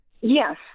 Yes